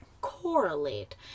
correlate